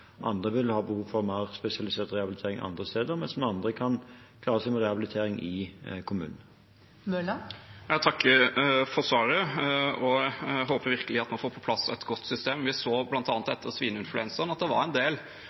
Andre vil ha behov for mer spesialisert rehabilitering andre steder, mens andre igjen kan klare seg med rehabilitering i kommunen. Jeg takker for svaret, og jeg håper virkelig at vi får på plass et godt system. Vi så bl.a. etter svineinfluensaen at det var en del